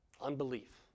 Unbelief